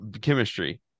chemistry